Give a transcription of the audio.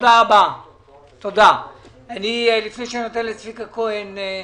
לפני שאתן לצביקה כהן לדבר,